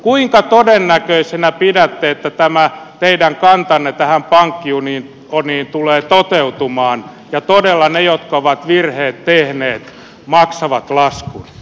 kuinka todennäköisenä pidätte että tämä teidän kantanne tähän pankkiunioniin tulee toteutumaan ja todella ne jotka ovat virheet tehneet maksavat laskun